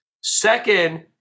Second